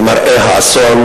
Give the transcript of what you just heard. למראה האסון